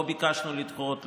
לא ביקשנו לדחות,